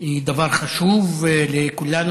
היא דבר חשוב לכולנו.